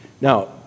Now